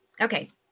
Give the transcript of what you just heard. Okay